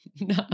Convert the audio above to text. No